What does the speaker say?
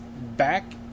back